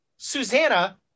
Susanna